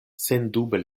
sendube